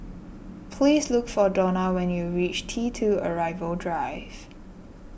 please look for Dona when you reach T two Arrival Drive